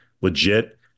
legit